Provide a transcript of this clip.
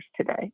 today